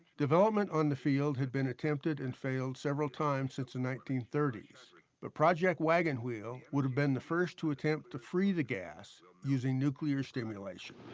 development on the field had been attempted and failed several times since the nineteen thirty s. but project wagon wheel would have been the first to attempt to free the gas using nuclear stimulation.